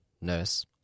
nurse